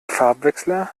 farbwechsler